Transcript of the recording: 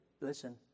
listen